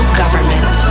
government